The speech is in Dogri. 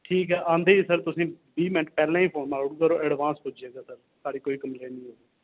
ठीक ऐ आंदे गै सर बीह् मिन्ट पैह्ले गै थोआड़े कोल अड़वांस पुज्जी जाग साढ़ी कोई कम्पलेन नेईं लग्गी औन